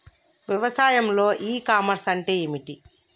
వ్యవసాయంలో e commerce అంటే ఏమిటి?